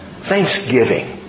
Thanksgiving